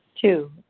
Two